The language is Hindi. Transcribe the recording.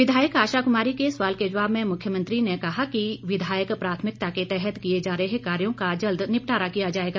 विधायक आशा कमारी के सवाल के जवाब में मुख्यमंत्री जयराम ठाकर ने कहा है कि विधायक प्राथमिकता के तहत किए जा रहे कार्यो का जल्द निपटारा किया जाएगा